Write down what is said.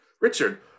Richard